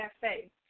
Cafe